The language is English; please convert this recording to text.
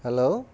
hello